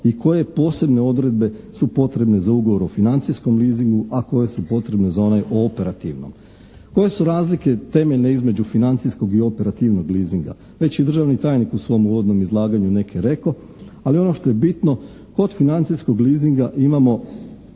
i koje posebne odredbe su potrebne za ugovor o financijskom leasingu a koje su potrebne za onaj o operativnom? Koje su razlike temeljne između financijskog i operativnog leasinga? Već je i državni tajnik u svom uvodnom izlaganju neke rekao, ali ono što je bitno kod financijskog leasinga imamo